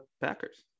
Packers